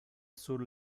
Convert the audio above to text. sur